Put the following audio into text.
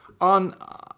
On